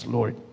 Lord